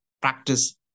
practice